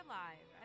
live